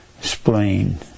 spleen